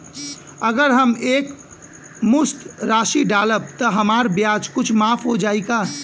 अगर हम एक मुस्त राशी डालब त हमार ब्याज कुछ माफ हो जायी का?